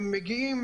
הם מגיעים